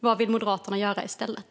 Vad vill Moderaterna göra i stället?